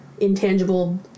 intangible